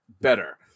better